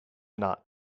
not